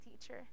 teacher